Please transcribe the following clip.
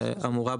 שאמורה,